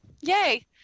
yay